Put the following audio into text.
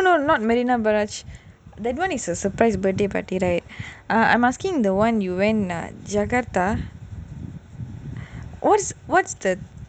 you know not marina barrage that [one] is a surprise birthday party right I'm asking the [one] you went jakarta what's what's the